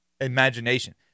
imagination